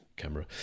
camera